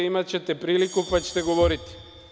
Imaćete priliku, pa ćete govoriti.